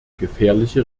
gefährliche